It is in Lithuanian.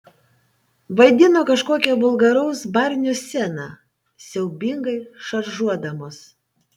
vaidino kažkokią vulgaraus barnio sceną siaubingai šaržuodamos